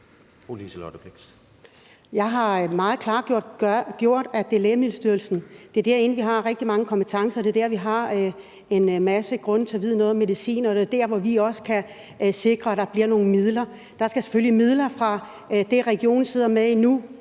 Jeg har gjort meget klart, at det er inde i Lægemiddelstyrelsen, vi har rigtig mange kompetencer i forhold til at give noget medicin, og det er dér, vi også kan sikre, at der bliver nogle midler. Der skal selvfølgelig midler fra det, regionen sidder med nu,